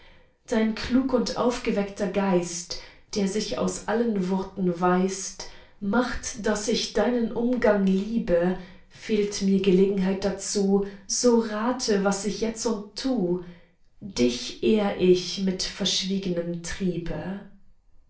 dein klug und aufgeweckter geist der sich aus allen worten weist macht daß ich deinen umgang liebe fehlt mir gelegenheit dazu so rate was ich jetzund tu dich ehr ich mit verschwiegnem triebe